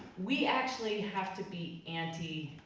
we actually have to be anti-racist.